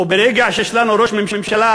וברגע שיש לנו ראש ממשלה,